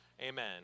Amen